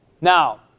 Now